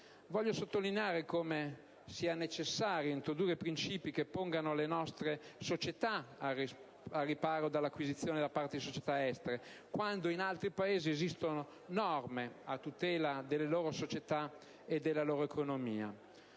Voglio sottolineare quanto sia necessario introdurre principi che pongano le nostre società al riparo dall'acquisizione da parte di società estere, quando in altri Paesi esistono norme a tutela delle rispettive società ed economie.